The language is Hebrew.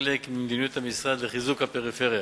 כחלק ממדיניות המשרד לחיזוק הפריפריה,